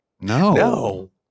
No